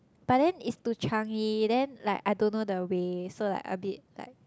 but then it's to Changi then like I don't know the way so like a bit like